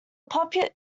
population